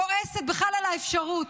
כועסת בכלל על האפשרות.